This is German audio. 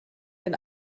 den